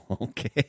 Okay